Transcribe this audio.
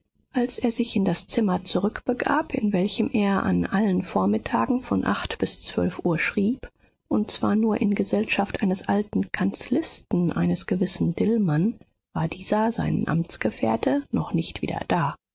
als er sich in das zimmer zurückbegab in welchem er an allen vormittagen von acht bis zwölf uhr schrieb und zwar nur in gesellschaft eines alten kanzlisten eines gewissen dillmann war dieser sein amtsgefährte noch nicht wieder da